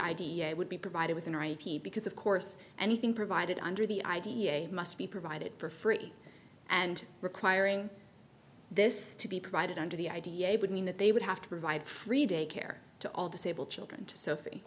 idea it would be provided with an eye because of course anything provided under the idea must be provided for free and requiring this to be provided under the idea it would mean that they would have to provide free day care to all disabled children sophie